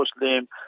Muslim